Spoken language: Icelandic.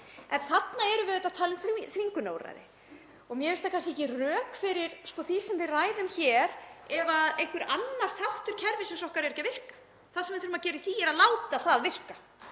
En þarna erum við að tala um þvingunarúrræði og mér finnst það kannski ekki rök fyrir því sem við ræðum hér ef einhver annar þáttur kerfisins okkar er ekki að virka. Það sem við þurfum að gera í því er að láta það virka.